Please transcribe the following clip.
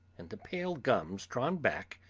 and the pale gums, drawn back,